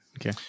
Okay